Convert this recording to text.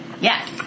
Yes